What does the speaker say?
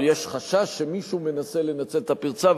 או יש חשש שמישהו מנסה לנצל את הפרצה,